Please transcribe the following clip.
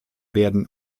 werden